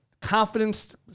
confidence